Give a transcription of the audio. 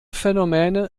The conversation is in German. phänomene